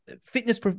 fitness